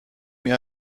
mir